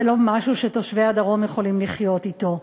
זה לא משהו שתושבי הדרום יכולים לחיות אתו.